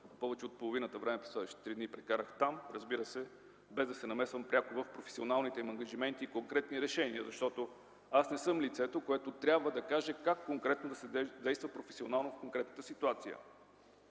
също повече от половината време през следващите три дни прекарах там, разбира се, без да се намесвам пряко в професионалните им ангажименти и конкретни решения, защото не съм лицето, което трябва да каже как да се действа професионално в конкретната ситуация.